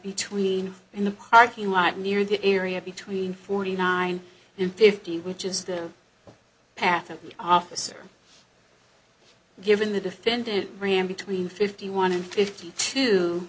between in the parking lot near the area between forty nine and fifty which is the path of the officer given the defendant graham between fifty one and fifty two